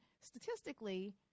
statistically